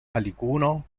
alicuno